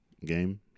Game